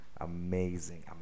amazing